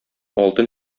алтын